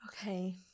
Okay